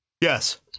Yes